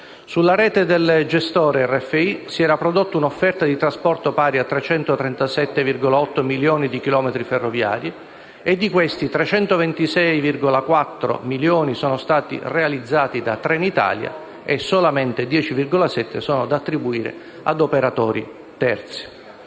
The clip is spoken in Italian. italiana (RFI) si era prodotta un'offerta di trasporto pari a 337,8 milioni di chilometri ferroviari; di questi 326,4 milioni sono stati realizzati da Trenitalia e 10,7 milioni sono da attribuire ad operatori terzi,